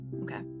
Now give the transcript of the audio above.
Okay